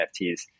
NFTs